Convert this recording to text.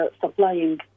supplying